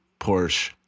Porsche